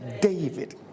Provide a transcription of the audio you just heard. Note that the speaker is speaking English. David